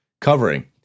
covering